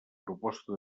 proposta